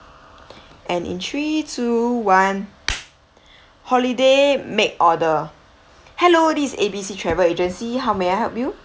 and in three two one holiday make order hello this A B C travel agency how may I help you